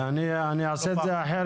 אני אעשה את זה אחרת,